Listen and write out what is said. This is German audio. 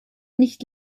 nicht